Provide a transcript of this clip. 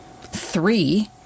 three